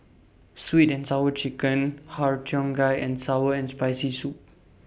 Sweet and Sour Chicken Har Cheong Gai and Sour and Spicy Soup